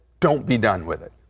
don't be done with it.